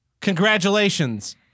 Congratulations